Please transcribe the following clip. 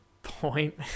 point